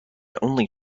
only